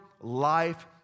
life